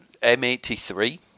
M83